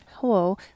Hello